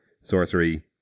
sorcery